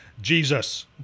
Jesus